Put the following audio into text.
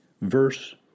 verse